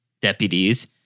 deputies